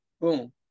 Boom